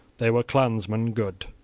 they were clansmen good.